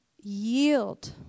yield